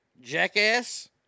Jackass